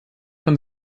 von